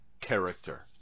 character